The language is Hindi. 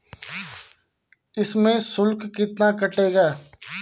इसमें शुल्क कितना कटेगा?